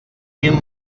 mil